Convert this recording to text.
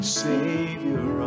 savior